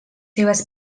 seves